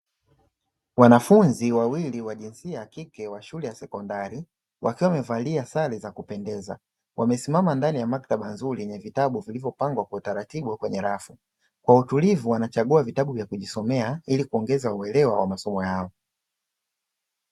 Wanafunzi wawili wa jinsia ya kike wa shule ya sekondari wakiwa wamevalia sare za kupendeza wamesimama ndani ya maktaba nzuri ni vitabu vilivyopangwa kwa utaratibu kwenye rafu kwa utulivu wanachagua vitabu vya kujisomea ili kuongeza uelewa wa masomo yao.